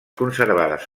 conservades